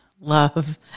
love